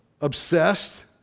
obsessed